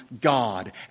God